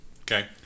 Okay